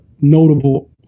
notable